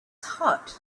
hot